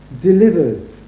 delivered